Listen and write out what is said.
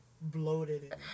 bloated